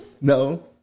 No